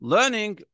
Learning